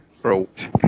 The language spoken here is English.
Throat